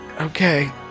Okay